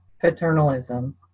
paternalism